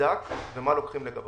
נבדק ומה לוקחים לגביו?